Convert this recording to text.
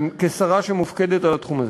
כשרה שמופקדת על התחום הזה,